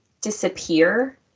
disappear